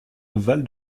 val